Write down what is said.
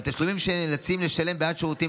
והתשלומים שהם נאלצים לשלם בעד שירותים